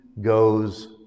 goes